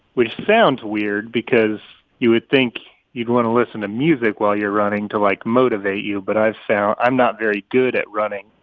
which sounds weird because you would think you'd want to listen to music while you're running to, like, motivate you. but i've found i'm not very good at running,